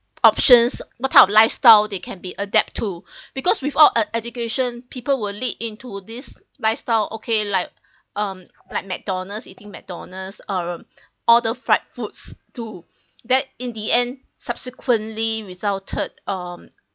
options what type of lifestyle they can be adapt to because without ed~ education people will lead into this lifestyle okay like um like Mcdonald's eating Mcdonald's uh order the fried foods too that in the end subsequently resulted um